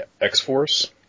X-Force